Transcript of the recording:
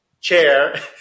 chair